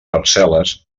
parcel·les